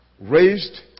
raised